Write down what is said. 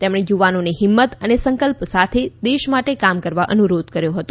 તેમણે યુવાનોને હિંમત અને સંકલ સાથે દેશ માટે કામ કરવા અનુરોધ કર્યો હતો